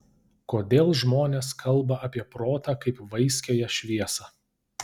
kodėl žmonės kalba apie protą kaip vaiskiąją šviesą